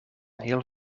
heel